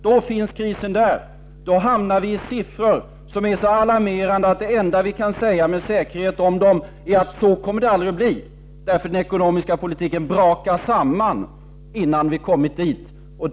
Då finns krisen där. Då hamnar vi i en situation där siffrorna är så alarmerande att det enda som vi med säkerhet kan säga om dem är att så kommer det aldrig att bli, därför att den ekonomiska politiken brakar samman innan vi har kommit så långt.